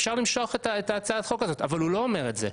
אפשר למשוך את הצעת החוק הזאת אבל הוא לא אומר את זה.